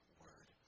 word